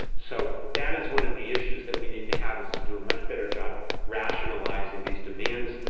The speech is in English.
so that is one of the issues that we need to have, is to do a much better job rationalising these demands,